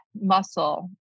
muscle